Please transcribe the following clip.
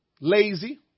lazy